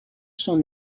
sont